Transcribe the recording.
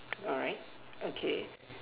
alright okay